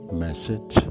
message